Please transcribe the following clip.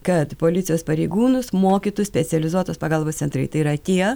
kad policijos pareigūnus mokytų specializuotos pagalbos centrai tai yra tie